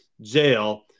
jail